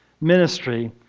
ministry